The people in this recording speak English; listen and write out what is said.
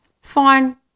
Fine